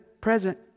present